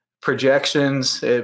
projections